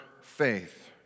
faith